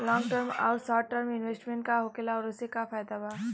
Long term आउर short term investment का होखेला और ओसे का फायदा बा?